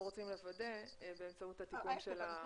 רוצים לוודא באמצעות התיקון של המציעים.